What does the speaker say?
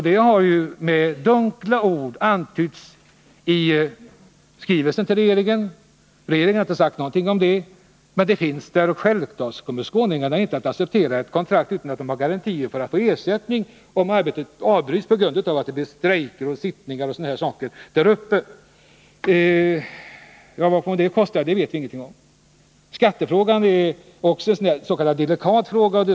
: Detta har antytts med dunkla ord i skrivelsen till regeringen, men regeringen har inte sagt någonting om det. Det här problemet finns i alla fall, och självklart kommer skåningarna inte att acceptera ett kontrakt utan att ha garantier för ersättning om arbetet avbryts på grund av att det blir sittningar och sådant där uppe. Vad allt detta kommer att kosta vet vi ingenting om. Också skattefrågan är en s.k. delikat fråga.